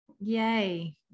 Yay